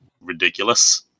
ridiculous